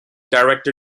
director